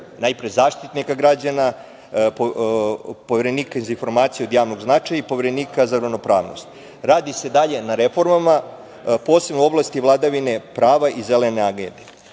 najpre Zaštitnika građana, Poverenika za informacije od javnog značaja i Poverenika za ravnopravnost. Radi se dalje na reformama, posebno u oblasti vladavine prava i Zelene agende.